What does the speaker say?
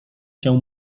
się